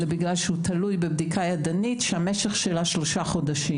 אלא בגלל שהוא תלוי בבדיקה ידנית שהמשך שלה שלושה חודשים.